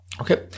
Okay